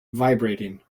vibrating